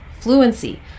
fluency